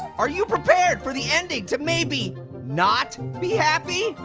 are you prepared for the ending to maybe not be happy?